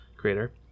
creator